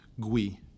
GUI